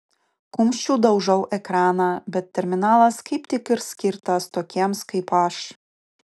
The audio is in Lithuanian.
kumščiu daužau ekraną bet terminalas kaip tik ir skirtas tokiems kaip aš